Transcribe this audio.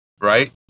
Right